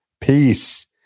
Peace